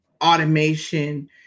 automation